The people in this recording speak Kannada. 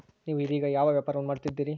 ನೇವು ಇದೇಗ ಯಾವ ವ್ಯಾಪಾರವನ್ನು ಮಾಡುತ್ತಿದ್ದೇರಿ?